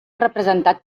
representat